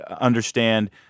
understand